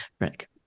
rick